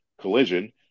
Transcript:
collision